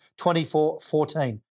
24-14